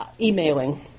emailing